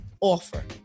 offer